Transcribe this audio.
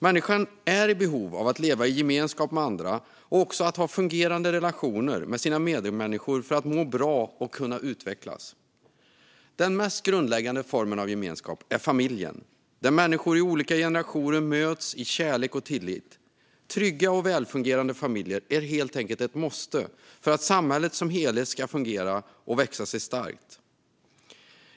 Människan är i behov av att leva i gemenskap med andra och att ha fungerande relationer med sina medmänniskor för att må bra och kunna utvecklas. Den mest grundläggande formen av gemenskap är familjen, där människor i olika generationer möts i kärlek och tillit. Trygga och välfungerande familjer är helt enkelt ett måste för att samhället som helhet ska fungera och växa sig starkt.